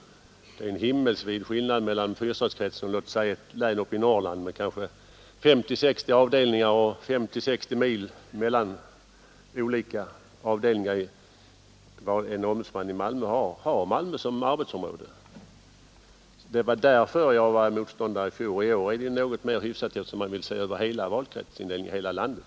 Det är en himmelsvid skillnad mellan den och låt oss säga ett län uppe i Norrland med 50—60 avdelningar och 50—60 mil mellan dem där det är som längst. En ombudsman i Malmö har Malmö som arbetsområde. Det var därför jag var motståndare i fjol. I år är det ju något mer hyfsat eftersom man vill se över valkretsindelningen i hela landet.